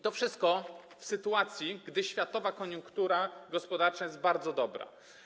To wszystko w sytuacji, gdy światowa koniunktura gospodarcza jest bardzo dobra.